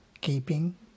keeping